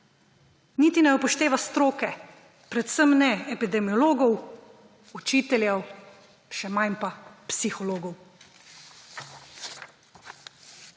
Niti ne upošteva stroke, predvsem ne epidemiologov, učiteljev, še manj pa psihologov.